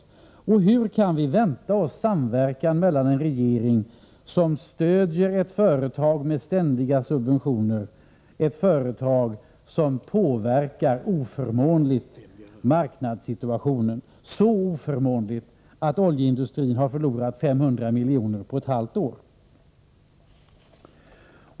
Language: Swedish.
Hur kan vi vänta oss samverkan mellan en regering som med ständiga subventioner stöder företag som oförmånligt påverkar marknadssituationen, så oförmånligt att oljeindustrin har förlorat 500 miljoner på ett halvt år?